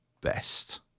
best